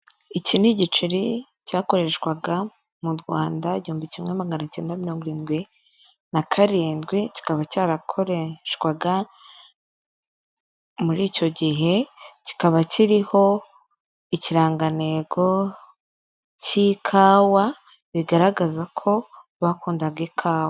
Iki ni igiceri cyakoreshwaga mu rwanda mu igihumbi kimwe maganacyenda mirongo irindwi na karindwi kikaba cyarakoreshwaga muri icyo gihe kikaba kiriho ikirangantego cy'ikawa bigaragaza ko bakundaga ikawa.